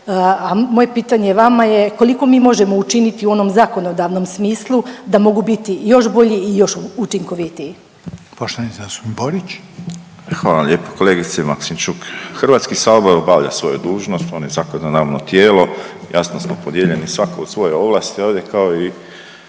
moje pitanje vama je koliko mi možemo učiniti u onom zakonodavnom smislu da mogu biti još bolji i još učinkovitiji? **Reiner, Željko (HDZ)** Poštovani zastupnik Borić. **Borić, Josip (HDZ)** Hvala vam lijepo kolegice Maksimčuk. Hrvatski sabor obavlja svoju dužnost, on je zakonodavno tijelo, jasno smo podijeljeni svako u svojoj ovlasti ovdje kao i